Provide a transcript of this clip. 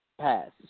pass